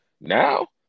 now